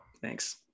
thanks